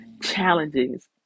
challenges